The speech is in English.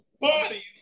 bodies